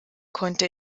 konnte